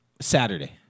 Saturday